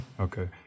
okay